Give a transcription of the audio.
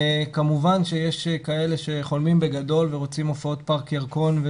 כמובן שיש כאלה שחולמים בגדול ורוצים הופעות פארק ירקון,